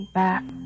back